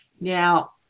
Now